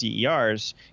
DERs